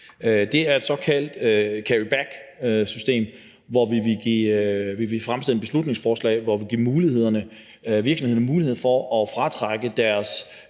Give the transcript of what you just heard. Det er et såkaldt carrybacksystem. Vi vil fremsætte et beslutningsforslag, hvor vi vil give virksomhederne mulighed for at fratrække deres